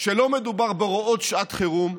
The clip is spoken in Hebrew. שלא מדובר בהוראות שעת חירום,